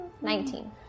Nineteen